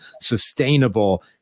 sustainable